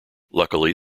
luckily